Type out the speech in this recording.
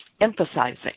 emphasizing